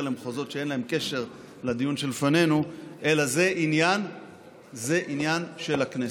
למחוזות שאין להם קשר לדיון שלפנינו אלא זה עניין של הכנסת.